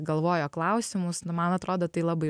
galvoja klausimus nu man atrodo tai labai